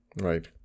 Right